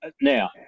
Now